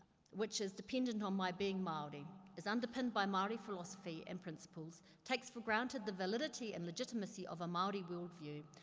which is dependent on my being maori, is underpinned by maori philosophy and principles, takes for granted the validity and the legitimacy of a maori world view.